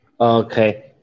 Okay